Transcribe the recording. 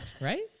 right